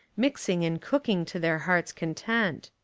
mixing, and cooking to their heart's content.